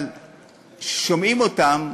אבל שומעים אותם,